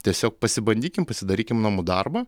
tiesiog pasibandykim pasidarykim namų darbą